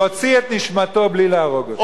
להוציא את נשמתו בלי להרוג אותו.